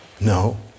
No